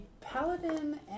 paladin